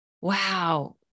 wow